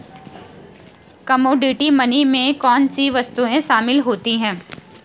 Commodity money में कौन सी वस्तुएं शामिल होती हैं?